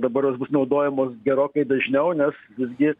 dabar jos bus naudojamos gerokai dažniau nes visgi